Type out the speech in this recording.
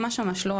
ממש ממש לא,